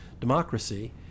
democracy